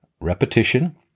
repetition